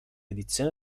edizione